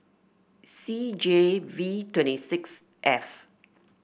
C J V twenty six F